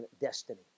destiny